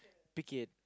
pick it